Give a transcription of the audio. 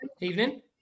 Evening